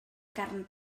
carn